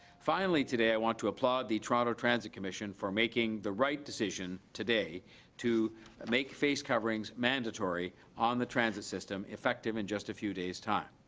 finally, today i want to applaud the toronto transit commission for making the right decision today to make face coverings mandatory on the transit system effective in just a few days time.